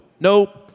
nope